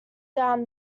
down